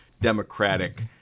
democratic